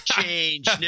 change